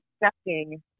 accepting